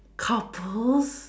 couples